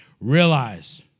Realize